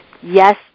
Yes